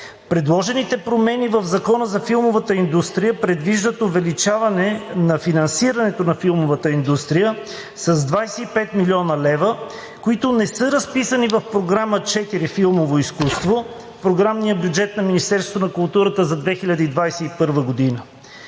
Предложените промени в Закона за филмовата индустрия предвиждат увеличаване на финансирането на филмовата индустрия с 25 млн. лв., които не са разписани в Програма 4 – „Филмово изкуство“ в програмния бюджет на Министерството на културата за 2021 г.